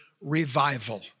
revival